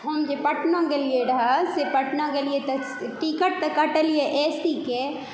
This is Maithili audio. हम जे पटना गेलियै रहय पटना गेलियै तऽ टिकट तऽ कटेलिय ए सी के